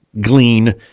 glean